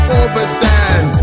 overstand